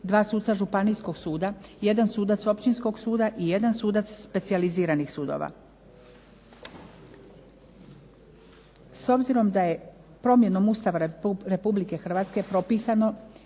2 suca Županijskog suda, 1 sudac Općinskog suda i 1 sudac specijaliziranih sudova. S obzirom da je promjenom Ustava Republike Hrvatske propisano